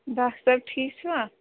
doctor صٲب ٹھیٖک چھُوا